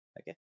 Okay